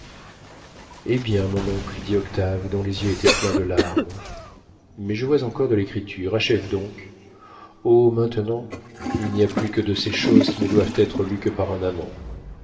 eh bien mon oncle dit octave dont les yeux étaient pleins de larmes mais je vois encore de l'écriture achève donc oh maintenant il n'y a plus que de ces choses qui ne doivent être lues que par un amant